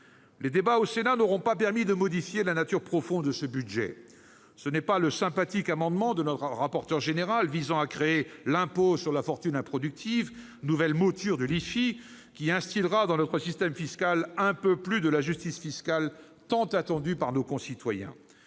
Les débats au Sénat n'auront pas permis de modifier la nature profonde de ce budget. Ce n'est pas le sympathique amendement de notre rapporteur général visant à créer l'impôt sur la fortune improductive, nouvelle mouture de l'IFI, ... Une bonne idée !... qui instillera, dans notre système fiscal, un peu plus de la justice fiscale tant attendue par nos concitoyens.